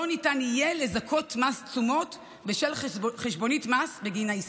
לא ניתן יהיה לזכות מס תשומות בשל חשבונית מס בגין העסקה.